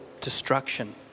destruction